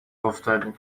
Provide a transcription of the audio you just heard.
افتادیم